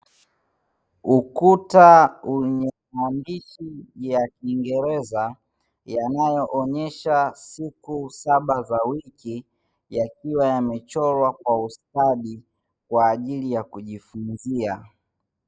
Ukuta wenye maandishi ya kiingereza; yanayoonyesha siku saba za wiki, yakiwa yamechorwa kwa ustadi kwa ajili ya kujifunzia.